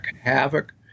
havoc